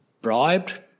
bribed